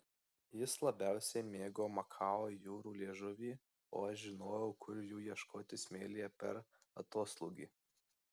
jis labiausiai mėgo makao jūrų liežuvį o aš žinojau kur jų ieškoti smėlyje per atoslūgį